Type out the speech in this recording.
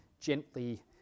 gently